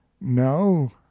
No